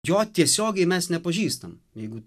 jo tiesiogiai mes nepažįstam jeigu